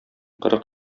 кырык